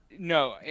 no